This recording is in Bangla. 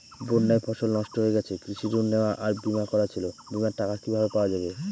বন্যায় ফসল নষ্ট হয়ে গেছে কৃষি ঋণ নেওয়া আর বিমা করা ছিল বিমার টাকা কিভাবে পাওয়া যাবে?